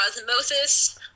osmosis